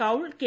Kaul K